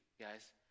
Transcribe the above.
guys